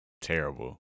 Terrible